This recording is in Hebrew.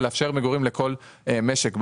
ולאפשר מגורים לכל משק בית.